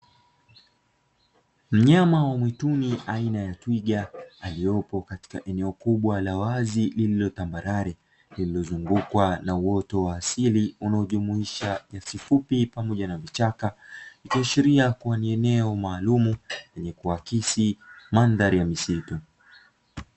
Mnyama wa mwituni aina ya twiga aliyopo katika eneo kubwa la wazi lililo tambarare lililozungukwa na uoto wa asili unaojumuisha nyasi fupi pamoja na vichaka, ikiashiria kuwa ni eneo maalumu lenye kuakisi mandhari ya misitu.